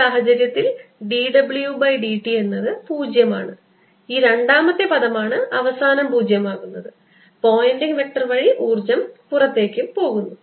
ഈ സാഹചര്യത്തിൽ d w by d t എന്നത് 0 ആണ് ഈ രണ്ടാമത്തെ പദമാണ് അവസാനം 0 ആകുന്നത് പോയിന്റിംഗ് വെക്റ്റർ വഴി ഊർജ്ജം പുറത്തേക്ക് ഒഴുകുന്നു